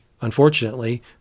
unfortunately